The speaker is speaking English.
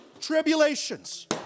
tribulations